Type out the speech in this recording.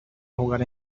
jugar